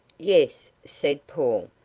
yes, said paul.